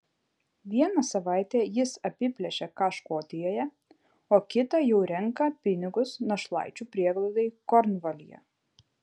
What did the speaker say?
vieną savaitę jis apiplėšia ką škotijoje o kitą jau renka pinigus našlaičių prieglaudai kornvalyje